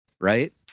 right